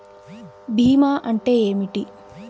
భీమా అంటే ఏమిటి?